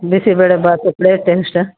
ಬಿಸಿ bele bath plate ಎಷ್ಟು